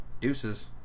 Deuces